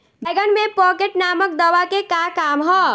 बैंगन में पॉकेट नामक दवा के का काम ह?